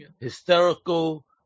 Hysterical